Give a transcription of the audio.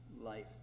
life